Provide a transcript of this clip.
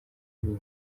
vuba